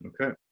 Okay